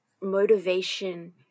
motivation